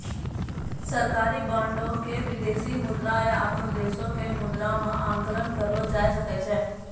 सरकारी बांडो के विदेशी मुद्रा या अपनो देशो के मुद्रा मे आंकलन करलो जाय सकै छै